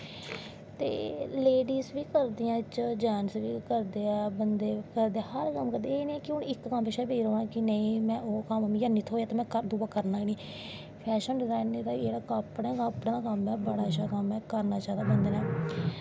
ते लेड़िस बी सी ओड़दियां जैंन्टस बिच्च करदे ऐ बंदे बि हर कम्म एह् नी कि इक कम्म पिच्छें पेई रौह्नां कि में कम्म एह् नेंई थ्होआ ते में दुआ करनां गै नेंईं फैशन डिज़ाईनिंग दा जेह्ड़ा कपड़ें दा कम्म ऐ बड़ा अच्छा कम्म ऐ करनां चाही दा बंदे नै